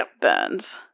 burns